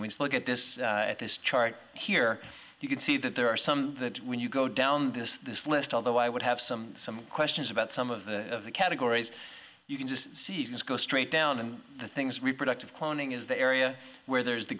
means look at this this chart here you can see that there are some that when you go down this list although i would have some some questions about some of the categories you can just see things go straight down and the things reproductive cloning is the area where there is the